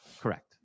Correct